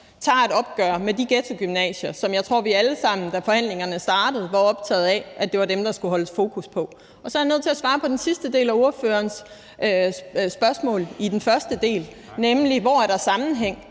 tager et opgør med de ghettogymnasier, som jeg tror vi alle sammen, da forhandlingerne startede, var optaget af var dem, der skulle holdes fokus på. Så er jeg nødt til at svare på den sidste del af spørgerens spørgsmål i den første bemærkning, nemlig spørgsmålet om, hvor